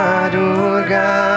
Madurga